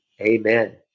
Amen